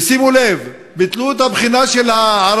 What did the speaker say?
ושימו לב, ביטלו את הבחינה בערבית